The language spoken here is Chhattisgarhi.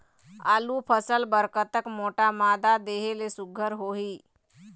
आलू फसल बर कतक मोटा मादा देहे ले सुघ्घर होही?